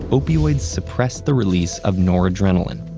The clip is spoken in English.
opioids suppress the release of noradrenaline,